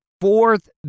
fourth